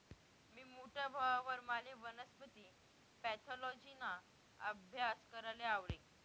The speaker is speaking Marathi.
मी मोठा व्हवावर माले वनस्पती पॅथॉलॉजिना आभ्यास कराले आवडी